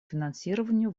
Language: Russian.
финансированию